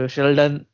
Sheldon